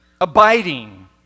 abiding